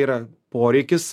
yra poreikis